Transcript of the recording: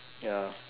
ya